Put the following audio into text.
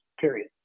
period